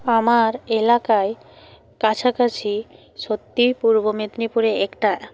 আমার এলাকায় কাছাকাছি সত্যিই পূর্ব মেদিনীপুরে একটা